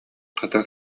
хата